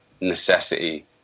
necessity